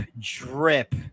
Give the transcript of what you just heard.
drip